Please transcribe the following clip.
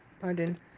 pardon